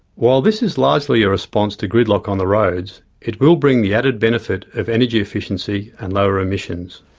while this is largely a response to gridlock on the roads, it will bring the added benefit of energy efficiency and lower emissions.